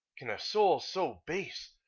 can a soul so base,